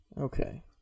Okay